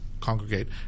congregate